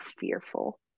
fearful